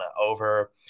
over